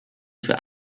für